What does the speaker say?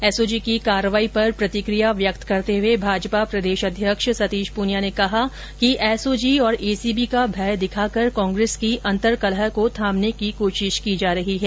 SOG की कार्यवाही पर प्रतिकिया व्यक्त करते हुए भाजपा प्रदेशाध्यक्ष सतीश प्रनिया ने कहा कि एसओजी और एसीबी का भय दिखाकर कांग्रेस की अर्तकलह को थामने की कोशिश की जा रही है